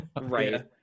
right